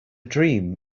dream